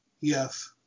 yes